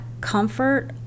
comfort